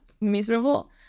miserable